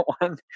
one